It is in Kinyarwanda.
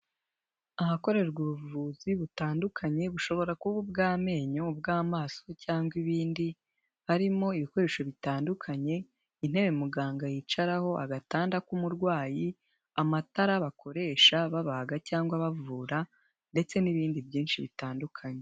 Ahakorerwa ubuvuzi butandukanye bushobora kuba ubw'amenyo, bw'amaso cyangwa ibindi harimo ibikoresho bitandukanye, intebe muganga yicaraho agatanda k'umurwayi, amatara bakoresha babaga cyangwa bavura ndetse n'ibindi byinshi bitandukanye.